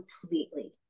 completely